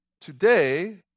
Today